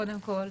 קודם כל,